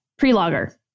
Prelogger